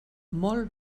molt